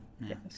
Yes